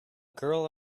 girl